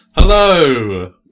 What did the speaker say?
Hello